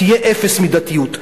תהיה אפס מידתיות.